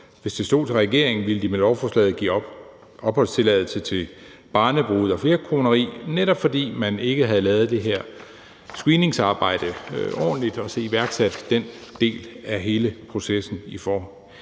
Hvis det stod til regeringen, ville de med lovforslaget give opholdstilladelse til barnebrude og personer involveret i flerkoneri, netop fordi man ikke havde lavet det her screeningsarbejde ordentligt og så iværksat den del af hele processen på forhånd.